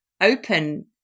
open